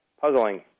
puzzling